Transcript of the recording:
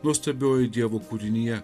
nuostabioji dievo kūrinija